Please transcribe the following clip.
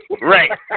Right